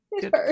Good